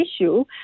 issue